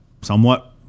somewhat